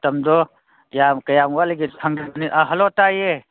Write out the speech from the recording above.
ꯃꯇꯝꯗꯣ ꯀꯌꯥꯝ ꯋꯥꯠꯂꯤꯒꯦꯁꯨ ꯍꯪꯖꯕꯅꯤ ꯍꯜꯂꯣ ꯇꯥꯏꯌꯦ